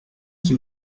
qui